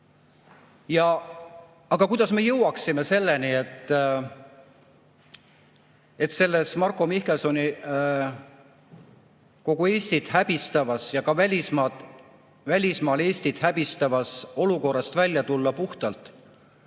Aga kuidas me jõuaksime selleni, et sellest Marko Mihkelsoni kogu Eestit häbistavast ja ka välismaal Eestit häbistavast olukorrast puhtalt